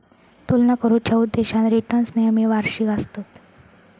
तुलना करुच्या उद्देशान रिटर्न्स नेहमी वार्षिक आसतत